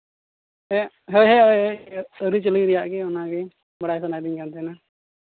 ᱦᱮᱸ ᱦᱳᱭ ᱦᱳᱭ ᱟᱹᱨᱤᱪᱟᱹᱞᱤ ᱨᱮᱭᱟᱜ ᱜᱮ ᱚᱱᱟᱜᱮ ᱵᱟᱲᱟᱭ ᱥᱟᱱᱟᱭᱮᱫᱤᱧ ᱠᱟᱱ ᱛᱟᱸᱦᱮᱱᱟ